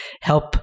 help